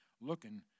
looking